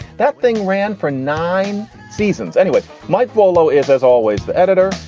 that thing ran for nine seasons anyway. mike volo is, as always, the editor.